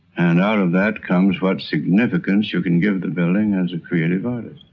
and out of that comes what significance you can give the building as a creative artist.